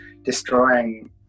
destroying